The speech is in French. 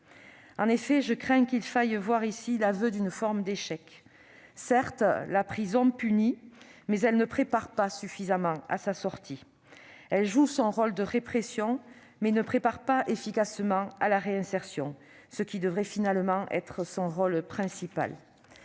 En effet, je crains qu'il ne faille voir ici l'aveu d'une forme d'échec. Et comment ! Certes, la prison punit, mais elle ne prépare pas suffisamment à la sortie. Elle joue son rôle de répression, mais ne prépare pas efficacement à la réinsertion, alors même que ce devrait être son rôle principal.